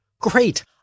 Great